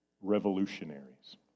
revolutionaries